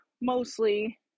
Mostly